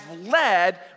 led